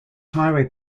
highway